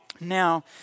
Now